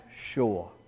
sure